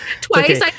Twice